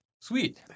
Sweet